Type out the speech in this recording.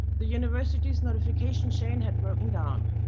the university's notification chain has broken down.